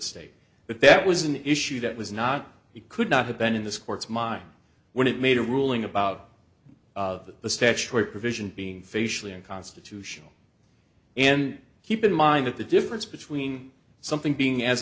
state but that was an issue that was not it could not have been in this court's mind when it made a ruling about of the statutory provision being facially unconstitutional and keep in mind that the difference between something being as